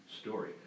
story